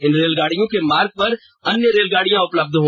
इन रेलगाडियों के मार्ग पर अन्य रेलगाडियां उपलब्ध है